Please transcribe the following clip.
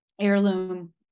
heirloom